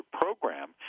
program